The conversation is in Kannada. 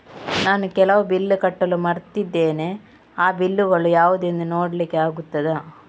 ನಾನು ಕೆಲವು ಬಿಲ್ ಕಟ್ಟಲು ಮರ್ತಿದ್ದೇನೆ, ಆ ಬಿಲ್ಲುಗಳು ಯಾವುದೆಂದು ನೋಡ್ಲಿಕ್ಕೆ ಆಗುತ್ತಾ?